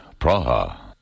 Praha